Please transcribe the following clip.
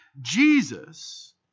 Jesus